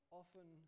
often